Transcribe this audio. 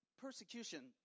persecution